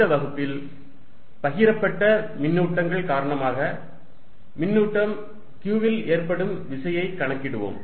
இந்த வகுப்பில் பகிரப்பட்ட மின்னூட்டங்கள் காரணமாக மின்னூட்டம் q இல் ஏற்படும் விசையைக் கணக்கிடுவோம்